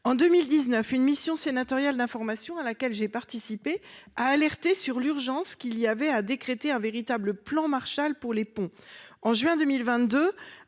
En 2019, une mission d'information sénatoriale à laquelle j'ai participé a alerté sur l'urgence qu'il y avait à décréter un véritable plan Marshall pour les ponts. En juin 2022,